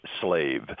slave